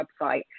website